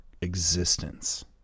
existence